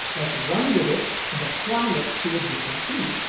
let's run with it and apply it to a different scene.